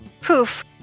poof